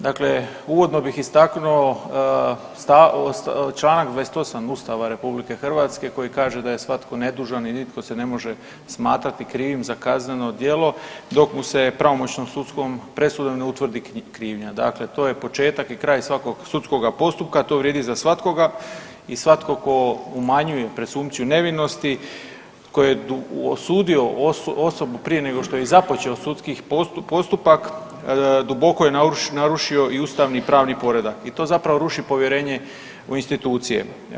Dakle, uvodno bih istaknuo čl. 28 Ustava RH koji kaže da je svatko nedužan i nitko se ne može smatrati krivim za kazneno djelo, dok mu se pravomoćnom sudskom presudom ne utvrdi krivnja, dakle to je početak i kraj svakoga sudskoga postupka, to vrijedi za svatkoga i svatko tko umanjuje presumpciju nevinosti, koji je osudio osobu prije nego što je i započeo sudski postupak, duboko je narušio i ustavni pravni poredak i to zapravo ruši povjerenje u institucije.